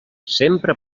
sempre